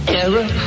error